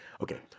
okay